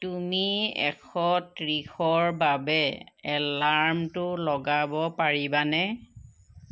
তুমি এশ ত্ৰিশৰ বাবে এলাৰ্মটো লগাব পাৰিবানে